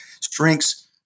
strengths